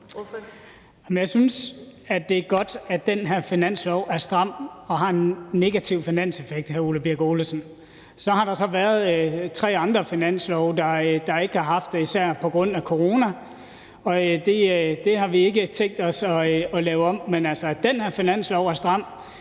Jeg synes, det er godt, at den her finanslov er stram og har en negativ finanseffekt, hr. Ole Birk Olesen. Der har så været tre andre finanslove, der ikke har haft det, især på grund af corona, og det har vi ikke tænkt os at lave om på. Men at den her finanslov er stram,